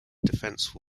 defense